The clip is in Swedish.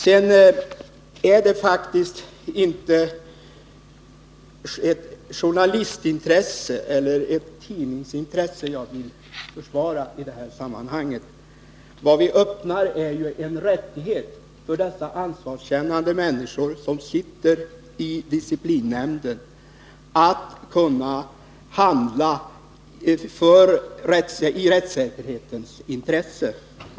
Sedan är det faktiskt inte ett journalistintresse eller ett tidningsintresse jag vill försvara i detta sammanhang. Vad vi öppnar är ju en rättighet för de ansvarskännande människor som sitter i disciplinnämnden att kunna handla i rättssäkerhetens intresse.